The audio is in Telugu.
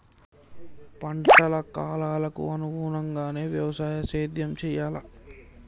పంటల కాలాలకు అనుగుణంగానే వ్యవసాయ సేద్యం చెయ్యాలా?